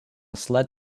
sled